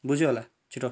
बुझ्यौ होला छिटो